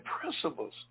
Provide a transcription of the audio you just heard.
principles